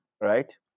right